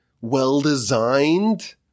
well-designed